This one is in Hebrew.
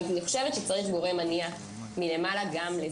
אבל אני חושבת שצריך גורם מניע מלמעלה גם לזה.